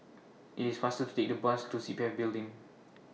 IT IS faster to Take The Bus to C P F Building